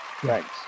Thanks